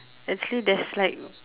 actually there's like